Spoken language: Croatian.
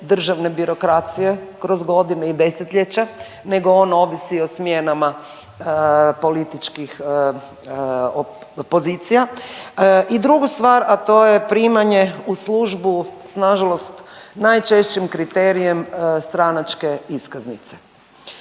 državne birokracije kroz godine i desetljeća nego on ovisi o smjenama političkih pozicija. I drugu stvar, a to je primanje u službu s nažalost najčešćim kriterijem stranačke iskaznice.